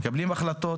מקבלים החלטות